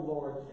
Lord